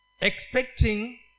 Expecting